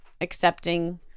accepting